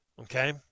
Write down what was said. Okay